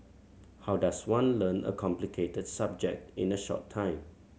how does one learn a complicated subject in a short time